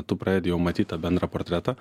tu pradedi jau matyt tą bendrą portretą